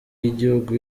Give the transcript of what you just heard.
y’igihugu